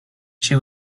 she